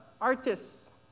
artists